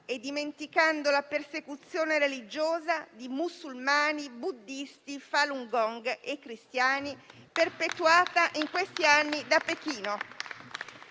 dimenticando la persecuzione religiosa di musulmani, buddisti, Falun gong e cristiani, perpetuata in questi anni da Pechino.